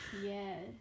Yes